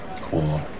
Cool